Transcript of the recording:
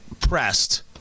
pressed